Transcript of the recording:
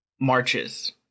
Marches